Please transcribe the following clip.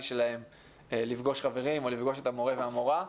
שלהם לפגוש חברים או לפגוש את המורה והמורה.